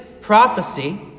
prophecy